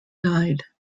died